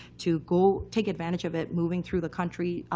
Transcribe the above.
to go take advantage of it moving through the country,